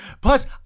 Plus